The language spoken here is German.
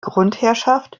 grundherrschaft